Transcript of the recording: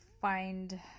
find